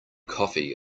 coffee